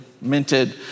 minted